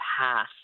path